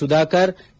Sudhakar K